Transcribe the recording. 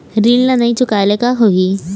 ऋण ला नई चुकाए ले का होही?